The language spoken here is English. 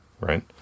right